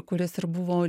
kuris ir buvo